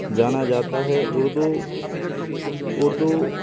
جانا جاتا ہے اردو اردو